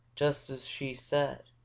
just as she said,